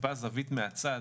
טיפה זווית מהצד,